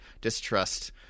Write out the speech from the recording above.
distrust